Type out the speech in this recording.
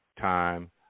time